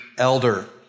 elder